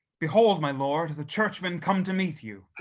behold my, lord, the churchmen come to meet you.